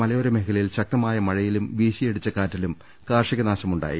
മലയോര ട മേഖലയിൽ ശക്തമായ മഴയിലും വീശിയടിച്ച കാറ്റിലും കാർഷിക നാശമു ണ്ടായി